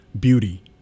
beauty